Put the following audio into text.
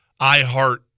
iHeart